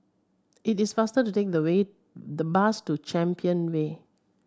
it is faster to take the way the bus to Champion Way